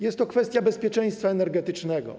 Jest to kwestia bezpieczeństwa energetycznego.